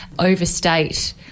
overstate